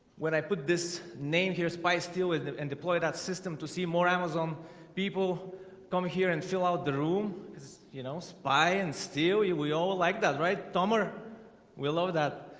when i put this name here spies deal with and deploy that system to see more amazon people come here and fill out the room you know spy and steal you we all like that right dahmer will love that.